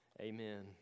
amen